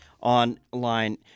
online